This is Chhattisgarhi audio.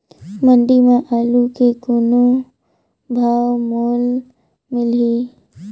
मंडी म आलू के कौन भाव मोल मिलही?